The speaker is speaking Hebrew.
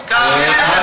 הכנסת אורן חזר.